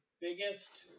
Biggest